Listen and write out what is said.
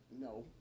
No